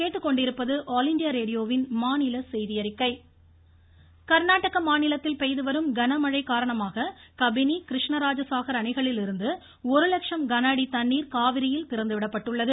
மேட்டுர் கர்நாடக மாநிலத்தில் பெய்துவரும் கனமழை காரணமாக கபிணி கிருஷ்ணராஜசாகர் அணைகளிலிருந்து ஒருலட்சம் கனஅடி தண்ணீர் காவிரியில் திறந்துவிடப்பட்டுள்ளது